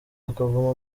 bakavoma